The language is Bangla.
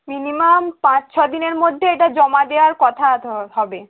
মিনিমাম পাঁচ ছদিনের মধ্যে এটা জমা দেওয়ার কথা ধ হবে